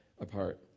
apart